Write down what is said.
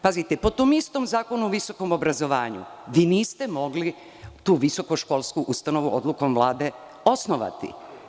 Pazite, po tom istom Zakonu o visokom obrazovanju vi niste mogli tu visokoškolsku ustanovu odlukom Vlade osnovati.